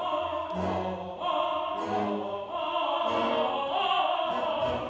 oh